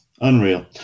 unreal